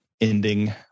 ending